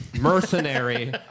mercenary